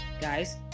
guys